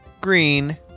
Green